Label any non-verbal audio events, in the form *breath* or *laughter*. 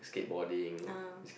*breath* ah